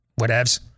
whatevs